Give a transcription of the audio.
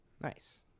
Nice